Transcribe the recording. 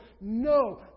No